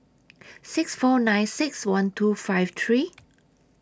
six four nine six one two five three